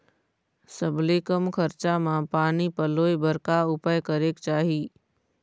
सबले कम खरचा मा पानी पलोए बर का उपाय करेक चाही?